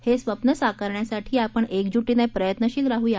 हे स्वप्न साकारण्यासाठी आपण क्रिजूटीने प्रयत्नशील राह्या